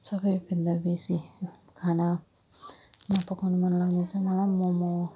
सबभन्दा बेसी खाना मा पकाउनु मन लाग्ने चाहिँ मलाई मम हो